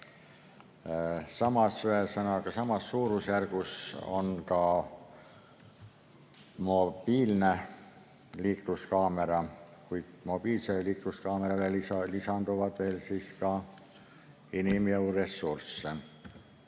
Samas suurusjärgus on ka mobiilne liikluskaamera, kuid mobiilsele liikluskaamerale lisandub veel inimjõu ressurss,